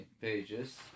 pages